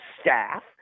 staff